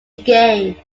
game